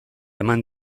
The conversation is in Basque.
eman